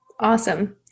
Awesome